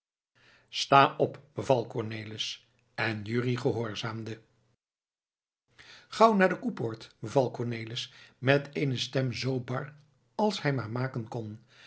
sta op beval cornelis en jurrie gehoorzaamde gauw naar de koepoort beval cornelis met eene stem zoo bar als hij die maar maken kon